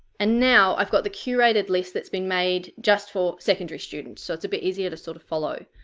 and now i've got the curated list that's been made just for secondary students so it's a bit easier to sort of follow.